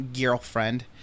girlfriend